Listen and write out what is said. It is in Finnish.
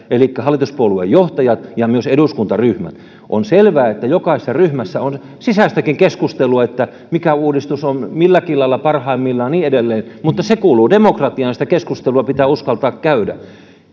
elikkä hallituspuolueiden johtajat ja myös eduskuntaryhmät toimivat aivan loistavasti tässä yhteydessä on selvää että jokaisessa ryhmässä on sisäistäkin keskustelua siitä mikä uudistus on milläkin lailla parhaimmillaan ja niin edelleen mutta se kuuluu demokratiaan sitä keskustelua pitää uskaltaa käydä